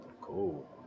cool